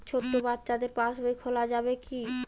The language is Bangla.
ছোট বাচ্চাদের পাশবই খোলা যাবে কি?